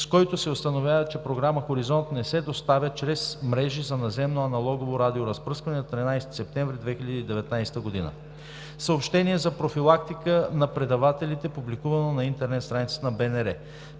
с който се установява, че програма „Хоризонт“ не се доставя чрез мрежи за наземно аналогово радиоразпръскване на 13.09.2019 г. 2. Съобщение за профилактика на предавателите, публикувано на интернет страницата на БНР.